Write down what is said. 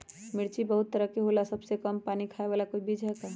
मिर्ची बहुत तरह के होला सबसे कम पानी खाए वाला कोई बीज है का?